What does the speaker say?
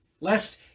lest